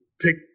pick